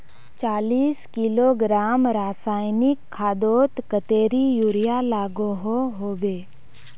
चालीस किलोग्राम रासायनिक खादोत कतेरी यूरिया लागोहो होबे?